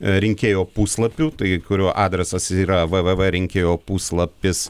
rinkėjo puslapiu tai kurio adresas yra v v v rinkėjo puslapis